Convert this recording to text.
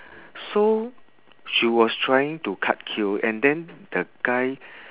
so she was trying to cut queue and then the guy